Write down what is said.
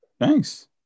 Thanks